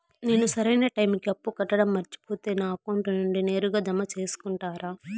నేను సరైన టైముకి అప్పు కట్టడం మర్చిపోతే నా అకౌంట్ నుండి నేరుగా జామ సేసుకుంటారా?